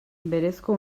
berezko